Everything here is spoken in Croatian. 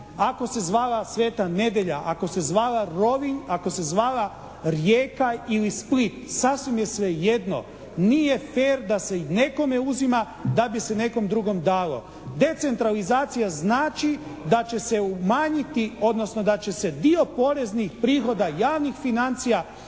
ako se zvala Sveta Nedelja, ako se zvala Rovinj, ako se zvala Rijeka ili Split sasvim je sve jedno. Nije fer da se nekome uzima da bi se nekom drugom dalo. Decentralizacija znači da će se umanjiti, odnosno da će se dio poreznih prihoda javnih financija